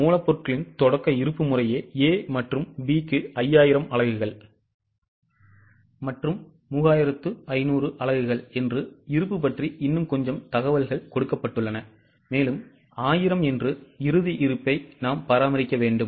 மூலப்பொருட்களின் தொடக்க இருப்பு முறையே A மற்றும் B க்கு 5000 அலகுகள் மற்றும் 3500 அலகுகள் என்று இருப்பு பற்றி இன்னும் கொஞ்சம் தகவல்கள் கொடுக்கப்பட்டுள்ளன மேலும் 1000 என்று இறுதிப் இருப்பை நாம் பராமரிக்க வேண்டும்